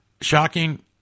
Shocking